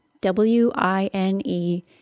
W-I-N-E